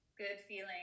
good-feeling